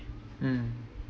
mm